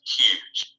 huge